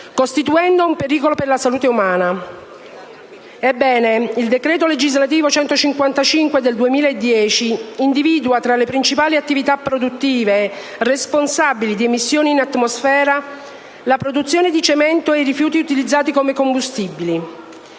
costituendo un pericolo per la salute umana. Ebbene, il decreto legislativo n. 155 del 2010 individua, tra le principali attività produttive responsabili di emissioni in atmosfera, la produzione di cemento e i rifiuti utilizzati come combustibile.